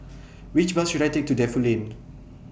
Which Bus should I Take to Defu Lane